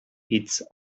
its